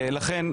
לכן,